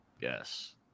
Yes